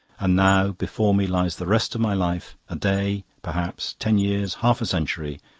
and now, before me lies the rest of my life a day, perhaps, ten years, half a century,